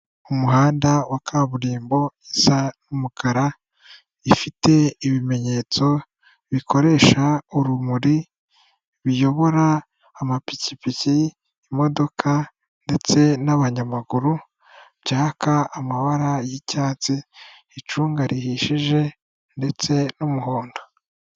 Umuhanda wa kaburimbo isa n'umukara, ifite ibimenyetso bikoresha urumuri, biyobora amapikipiki, imodoka ndetse n'abanyamaguru, byaka amabara y'icyatsi, icunga rihishije ndetse n'umuhondo.